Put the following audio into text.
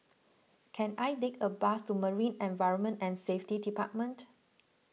can I take a bus to Marine Environment and Safety Department